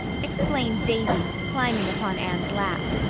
explained davy, climbing upon anne's lap.